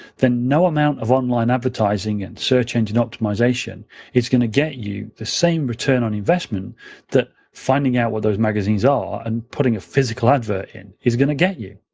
then no amount of online advertising and search engine optimization is going to get you the same return on investment that finding out where those magazines are and putting a physical advert in, is going to get you.